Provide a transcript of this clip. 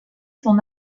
son